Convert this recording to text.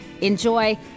Enjoy